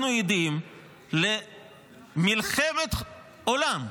אנחנו עדים למלחמת עולם,